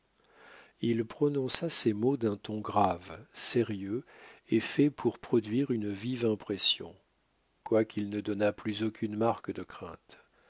il prononça ces mots d'un ton grave sérieux et fait pour produire une vive impression quoiqu'il ne donnât plus aucune marque de crainte